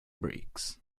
bricks